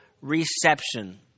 reception